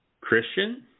Christian